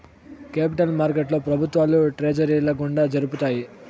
capital మార్కెట్లో ప్రభుత్వాలు ట్రెజరీల గుండా జరుపుతాయి